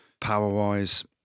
power-wise